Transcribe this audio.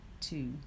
two